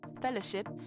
fellowship